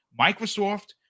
Microsoft